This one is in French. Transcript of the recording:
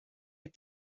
les